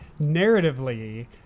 narratively